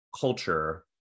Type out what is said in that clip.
culture